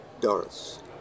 Doris